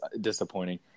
disappointing